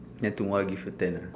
then tomorrow I give you ten lah